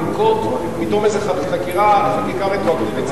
לנקוט פתאום איזו חקיקה רטרואקטיבית,